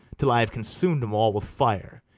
till i have consum'd em all with fire?